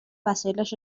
وسایلش